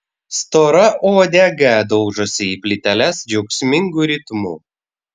stora uodega daužosi į plyteles džiaugsmingu ritmu